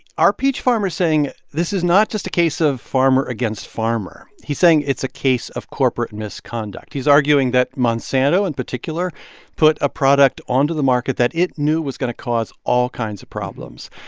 our peach farmer is saying this is not just a case of farmer against farmer. he's saying it's a case of corporate misconduct. he's arguing that monsanto in particular put a product onto the market that it knew was going to cause all kinds of problems.